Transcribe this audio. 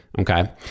Okay